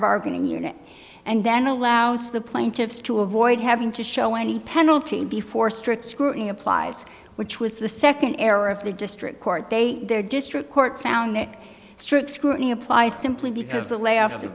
bargaining unit and then allows the plaintiffs to avoid having to show any penalty before strict scrutiny applies which was the second error of the district court date their district court found that strict scrutiny apply simply because the layoffs